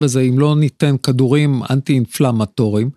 וזה אם לא ניתן כדורים אנטי-אינפלמטוריים.